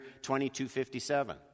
2257